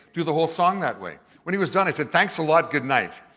do the whole song that way. when he was done, i said, thanks a lot, goodnight.